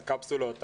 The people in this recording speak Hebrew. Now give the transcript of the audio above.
על קפסולות,